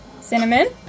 Cinnamon